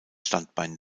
standbein